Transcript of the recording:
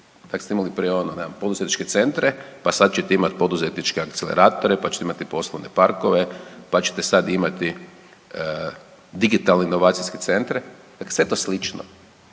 tak ste prije imali prije ono poduzetničke centre, pa sad ćete poduzetničke akceleratore, pa ćete imati poslovne parkove, pa ćete sad imati digitalne inovacijske centre dakle sve je to slično,